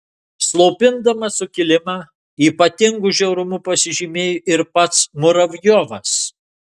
slopindamas sukilimą ypatingu žiaurumu pasižymėjo ir pats muravjovas